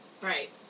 right